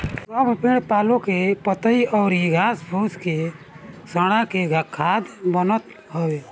सब पेड़ पालो के पतइ अउरी घास फूस के सड़ा के खाद बनत हवे